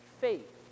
faith